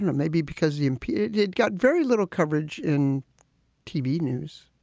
and maybe because the mpaa did got very little coverage in tv news.